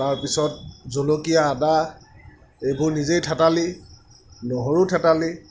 তাৰপিছত জলকীয়া আদা এইবোৰ নিজেই থেতালি নহৰু থেতালি